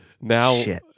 Now